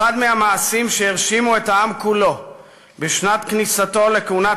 אחד מהמעשים שהרשימו את העם כולו בשנת כניסתו לכהונת